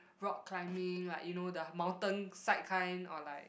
rock climbing like you know the mountainside kind or like